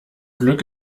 glück